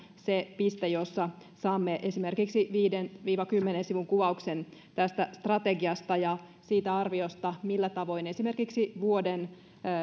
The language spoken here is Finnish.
se piste jossa saamme esimerkiksi viiden viiva kymmenen sivun kuvauksen tästä strategiasta ja siitä arviosta millä tavoin esimerkiksi vuoden